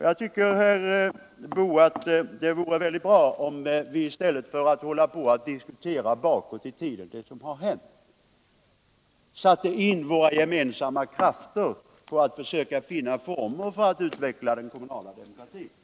Jag tycker, herr Boo, att det vore väldigt bra om vi, i stället för att gå bakåt i tiden och diskutera det som har hänt, satte in våra gemensamma krafter på att försöka finna former för att utveckla den kommunala demokratin.